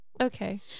Okay